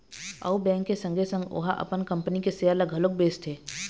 अउ बेंक के संगे संग ओहा अपन कंपनी के सेयर ल घलोक बेचथे